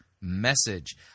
message